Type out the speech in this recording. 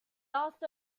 asked